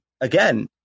again